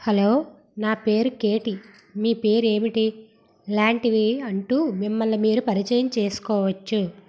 hello నా పేరు Katie మీ పేరు ఏమిటి లాంటివి అంటూ మిమ్మల్ని మీరు పరిచయం చేసుకోవచ్చు